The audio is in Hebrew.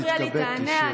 לא מפריע לי, תענה.